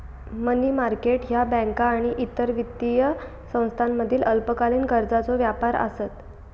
मनी market ह्या बँका आणि इतर वित्तीय संस्थांमधील अल्पकालीन कर्जाचो व्यापार आसत